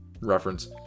reference